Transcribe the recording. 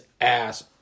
ass